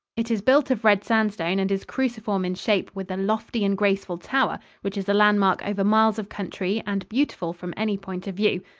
it is built of red sandstone and is cruciform in shape, with a lofty and graceful tower, which is a landmark over miles of country and beautiful from any point of view.